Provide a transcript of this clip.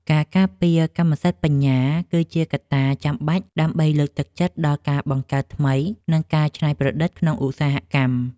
ការការពារកម្មសិទ្ធិបញ្ញា គឺជាកត្តាចាំបាច់ដើម្បីលើកទឹកចិត្តដល់ការបង្កើតថ្មី និងការច្នៃប្រឌិតក្នុងឧស្សាហកម្ម។